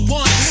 one